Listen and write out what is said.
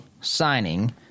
signing